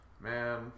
man